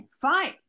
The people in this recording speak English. fine